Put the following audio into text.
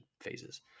phases